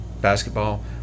basketball